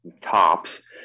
tops